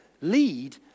lead